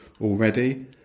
already